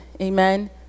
Amen